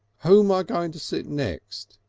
who'm i going to sit next?